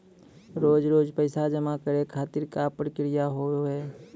रोज रोज पैसा जमा करे खातिर का प्रक्रिया होव हेय?